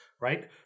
right